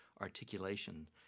articulation